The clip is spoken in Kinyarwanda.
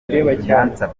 gukora